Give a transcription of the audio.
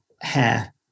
hair